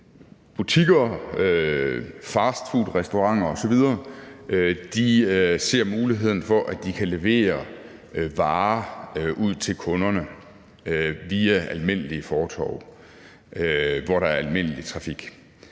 butikker, fastfoodrestauranter osv. ser muligheden for, at de kan levere varer ud til kunderne via almindelige fortove, hvor der er almindelig trafik.